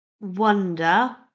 wonder